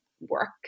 work